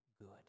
good